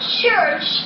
church